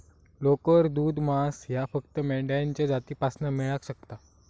लोकर, दूध, मांस ह्या फक्त मेंढ्यांच्या जातीपासना मेळाक शकता